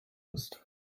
ist